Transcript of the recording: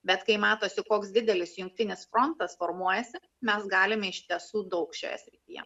bet kai matosi koks didelis jungtinis frontas formuojasi mes galime iš tiesų daug šioje srityje